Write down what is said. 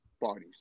bodies